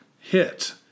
Hit